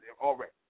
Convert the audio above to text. already